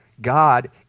God